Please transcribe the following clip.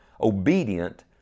obedient